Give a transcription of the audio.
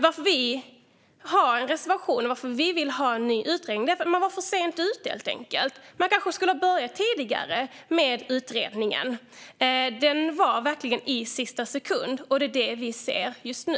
Varför vi har en reservation och vill ha en ny utredning är därför att vi anser man var för sent ute. Man kanske skulle ha börjat tidigare med utredningen. Den skedde verkligen i sista sekund. Det är vad vi ser nu.